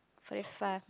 very fast